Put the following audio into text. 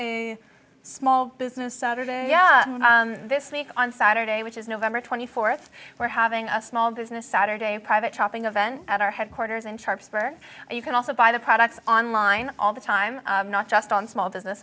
doing small business saturday yeah this week on saturday which is november twenty fourth we're having a small business saturday private shopping a vent at our headquarters in charge for you can also buy the products online all the time not just on small business